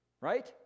Right